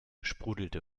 sprudelte